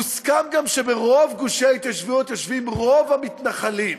מוסכם גם שברוב גושי ההתיישבות יושבים רוב המתנחלים.